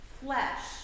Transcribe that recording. flesh